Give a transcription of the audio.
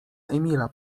emila